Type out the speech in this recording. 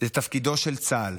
זה תפקידו של צה"ל,